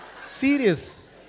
Serious